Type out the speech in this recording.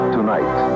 Tonight